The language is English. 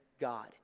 God